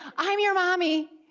i'm your mommy.